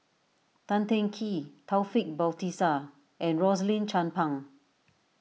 Tan Teng Kee Taufik Batisah and Rosaline Chan Pang